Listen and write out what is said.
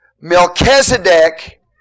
Melchizedek